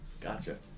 Gotcha